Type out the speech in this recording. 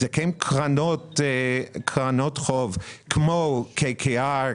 אלה כן קרנות חוב כמו KKR,